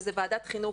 וזו ועדת חינוך,